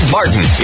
Martin